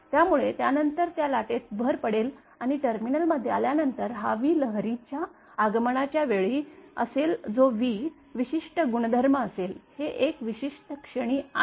त्यामुळे त्यानंतर त्या लाटेत भर पडेल आणि टर्मिनलमध्ये आल्यानंतर हा v लहरीच्या आगमनाच्या वेळी असेल जो v विशिष्ट गुणधर्म असेल हे एका विशिष्ट क्षणी आहे